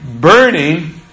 burning